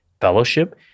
fellowship